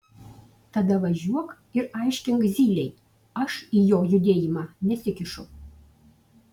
tada važiuok ir aiškink zylei aš į jo judėjimą nesikišu